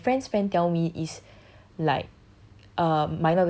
he okay my friend's friend tell me is like